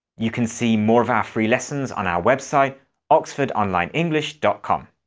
you can see more of ah free lessons on our website oxford online english dot com.